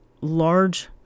large